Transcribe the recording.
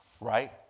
right